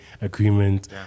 agreement